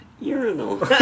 urinal